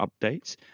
updates